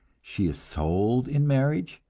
she is sold in marriage,